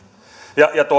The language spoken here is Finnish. ja